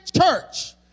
church